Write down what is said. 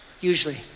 usually